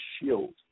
shield